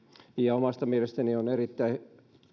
omasta mielestäni on erittäin